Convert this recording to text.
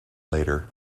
later